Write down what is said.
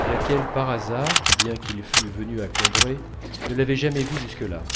laquelle par hasard bien qu'il fût venu à combray ne l'avait jamais vu jusque-là